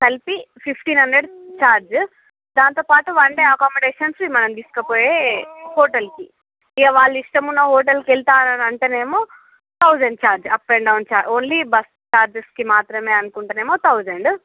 కలిపి fifteen hundred charge దాంతోపాటు one day accommodations మనం తీస్కపోయే హోటల్కి ఇంకా వాళ్ళిష్టమున్నహోటల్కి వెళ్తానని అంటే నేమో thousand charge up and down char only bus ఛార్జెస్కి మాత్రమే అనుకుంటేనేమో థౌజండు